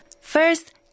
First